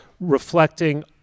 reflecting